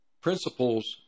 principles